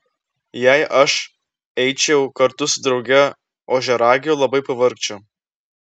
jei aš eičiau kartu su drauge ožiaragiu labai pavargčiau